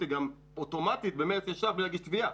גם אוטומטית גם במרץ בלי להגיש תביעה.